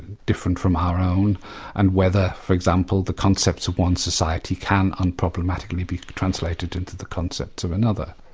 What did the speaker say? different from our own and whether for example, the concepts of one society can unproblematically be translated into the concepts of another.